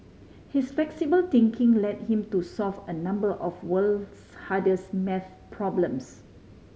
his flexible thinking led him to solve a number of world's hardest math problems